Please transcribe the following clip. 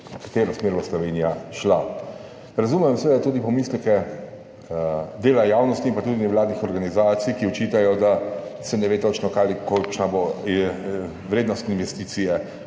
v katero smer bo šla Slovenija. Razumem seveda tudi pomisleke dela javnosti, pa tudi nevladnih organizacij, ki očitajo, da se ne ve točno, kakšna bo vrednost investicije,